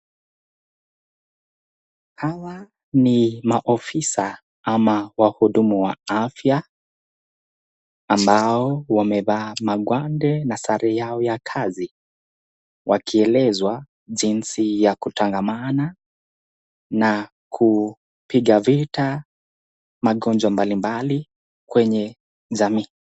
Hawa ni maofisa ama wahudumu wa afya, ambao wamevaa magwande na sare yao ya kazi. Wakielezwa jinsi ya kutangamana na kupiga vita magonjwa mbalimbali kwenye jamii.